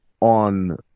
on